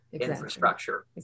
infrastructure